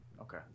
Okay